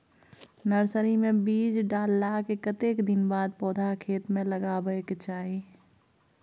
Nursery मे बीज डाललाक कतेक दिन के बाद पौधा खेत मे लगाबैक चाही?